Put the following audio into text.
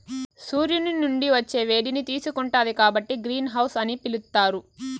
సూర్యుని నుండి వచ్చే వేడిని తీసుకుంటాది కాబట్టి గ్రీన్ హౌస్ అని పిలుత్తారు